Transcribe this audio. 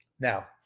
Now